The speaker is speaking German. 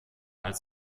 als